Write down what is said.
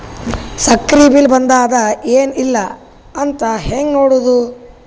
ಸಕ್ರಿ ಬಿಲ್ ಬಂದಾದ ಏನ್ ಇಲ್ಲ ಅಂತ ಹೆಂಗ್ ನೋಡುದು?